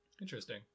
Interesting